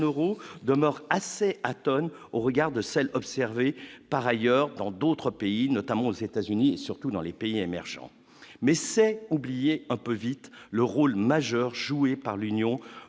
Euro demeure assez atone au regard de celles observées par ailleurs dans d'autres pays, notamment aux États-Unis et surtout dans les pays émergents, mais c'est oublier un peu vite le rôle majeur joué par l'Union,